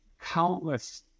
countless